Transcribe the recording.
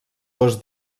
dos